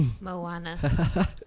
Moana